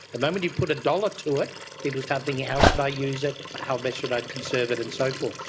the moment you put a dollar to it people start thinking how should i use it, how best should i conserve it and so forth.